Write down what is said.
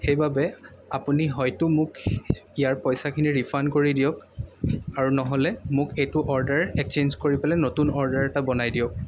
সেইবাবে আপুনি হয়তো মোক ইয়াৰ পইচাখিনি ৰিফাণ্ড কৰি দিয়ক আৰু ন'হলে মোক এইটো অৰ্ডাৰ একচেঞ্জ কৰি পেলাই নতুন অৰ্ডাৰ এটা বনাই দিয়ক